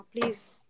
please